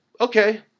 okay